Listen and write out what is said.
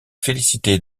félicité